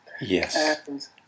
Yes